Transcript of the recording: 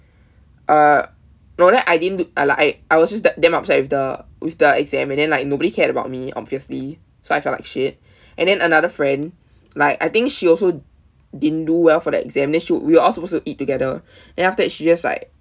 uh no then I didn't l~ like I was just d~ damn upset with the with the exam and then like nobody cared about me obviously so I felt like shit and then another friend like I think she also didn't do well for the exam then she we were all supposed to eat together then after that she just like